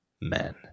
men